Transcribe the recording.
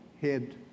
head